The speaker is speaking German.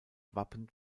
wappen